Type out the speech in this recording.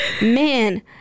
man